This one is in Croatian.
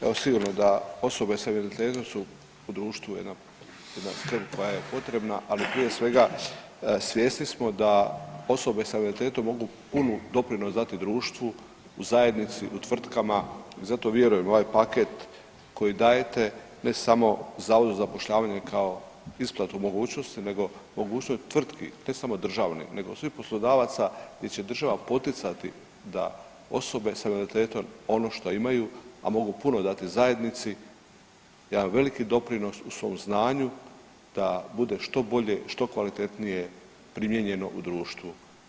Evo sigurno da osobe s invaliditetom su u društvu jedna skrb koja je potrebna, ali prije svega svjesni smo sa osobe s invaliditetom mogu puni doprinos dati društvu, u zajednici, u tvrtkama i zato vjerujem ovaj paket koji dajete ne samo Zavodu za zapošljavanje kao isplatu mogućnosti nego mogućnost tvrtki ne samo državnih nego svih poslodavaca gdje će država poticati da osobe s invaliditetom ono što imaju, a mogu puno dati zajednici jedan veliki doprinos u svom znanju da bude što bolje, što kvalitetnije primijenjeno u društvu.